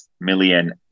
million